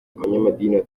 kumenya